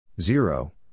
Zero